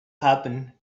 happen